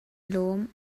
lawm